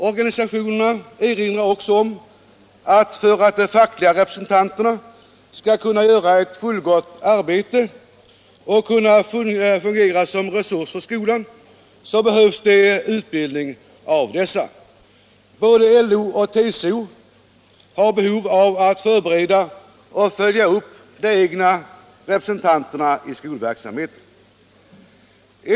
Organisationerna erinrar också om att för att de fackliga representanterna skall kunna göra ett fullgott arbete och kunna fungera som resurs för skolan behövs det utbildning av dessa. Både LO och TCO har behov av att förbereda och följa upp de egna representanterna i skolverksamheten.